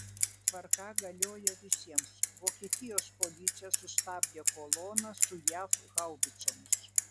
tvarka galioja visiems vokietijos policija sustabdė koloną su jav haubicomis